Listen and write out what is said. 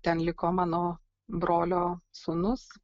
ten liko mano brolio sūnus